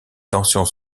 tensions